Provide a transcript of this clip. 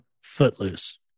Footloose